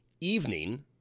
evening